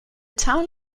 town